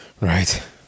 right